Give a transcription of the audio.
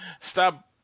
Stop